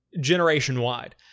generation-wide